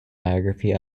biography